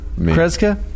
Kreska